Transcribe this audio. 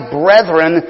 brethren